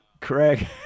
Craig